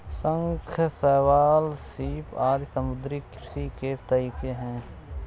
शंख, शैवाल, सीप आदि समुद्री कृषि के तरीके है